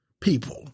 people